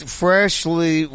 freshly